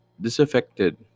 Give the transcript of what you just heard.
disaffected